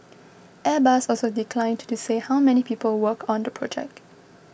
Airbus also declined to say how many people work on the project